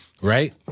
right